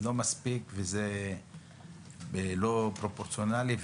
לא מספיק ולא פרופורציונלי.